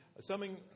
Summing